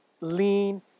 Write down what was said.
lean